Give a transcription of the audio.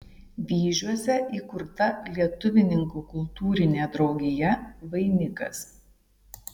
vyžiuose įkurta lietuvininkų kultūrinė draugija vainikas